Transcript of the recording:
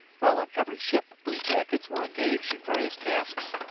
while on every ship bluejackets were engaged in various tasks,